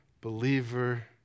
believer